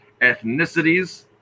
ethnicities